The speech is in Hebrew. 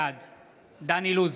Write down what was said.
בעד דן אילוז,